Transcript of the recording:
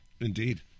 Indeed